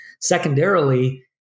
Secondarily